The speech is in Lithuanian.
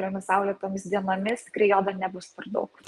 šiomis saulėtomis dienomis tikrai jodo nebus per daug